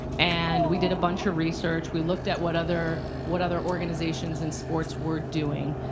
and we did a bunch of research, we looked at what other what other organizations in sports were doing.